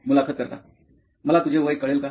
मुलाखत कर्ता मला तुझे वय कळेल का